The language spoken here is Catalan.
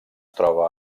troba